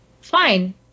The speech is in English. Fine